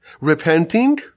Repenting